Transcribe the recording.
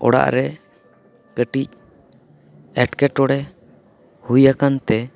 ᱚᱲᱟᱜ ᱨᱮ ᱠᱟᱹᱴᱤᱡ ᱮᱴᱠᱮᱴᱚᱬᱮ ᱦᱩᱭ ᱟᱠᱟᱱᱛᱮ